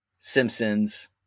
Simpsons